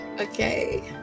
Okay